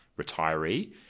retiree